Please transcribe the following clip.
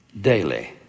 daily